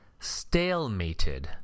stalemated